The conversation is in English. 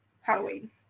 Halloween